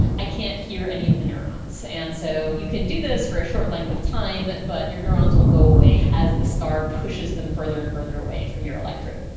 i can't hear any of the neurons. and so you can do this for a short length of time but your neurons will go away as the scar pushes them further and further away from your electrode.